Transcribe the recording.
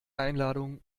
einladung